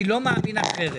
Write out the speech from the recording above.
אני לא מאמין אחרת.